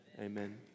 Amen